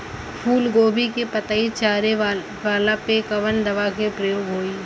फूलगोभी के पतई चारे वाला पे कवन दवा के प्रयोग होई?